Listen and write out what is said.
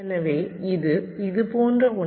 எனவே இது இது போன்ற ஒன்று